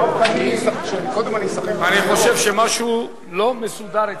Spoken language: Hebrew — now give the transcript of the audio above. אני חושב שמשהו לא מסודר אצלי.